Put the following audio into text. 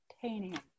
titanium